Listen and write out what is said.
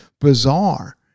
bizarre